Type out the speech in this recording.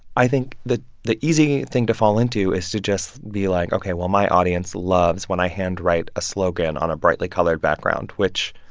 i think that the easy thing to fall into is to just be like, ok, well, my audience loves when i handwrite a slogan on a brightly colored background, which,